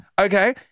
Okay